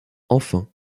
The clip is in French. enfin